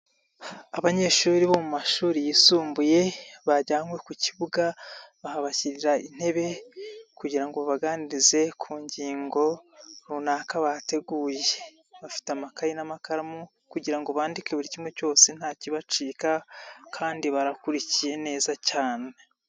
Abanyeshuri bo mu mashuri yisumbuye bajyanywe ku kibuga bahabashyirira intebe kugira ngo baganirize ku ngingo runaka bateguye, bafite amakaye n'amakaramu kugira ngo bandike buri kimwe cyose nta kibacika kandi barakurikiye neza cyane.